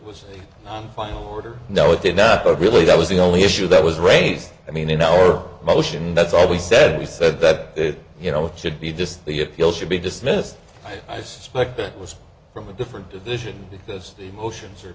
was final order no it did not but really that was the only issue that was raised i mean in our motion that's all we said we said that you know it should be just the appeal should be dismissed i suspect it was from a different division because the motions are